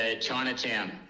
Chinatown